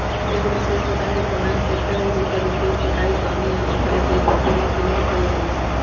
एगो विशेष प्रकार के कंबाइन ट्रेकटर हइ जेकर उपयोग कटाई, दौनी आ ओसाबे इ तिनों के लेल कएल जाइ छइ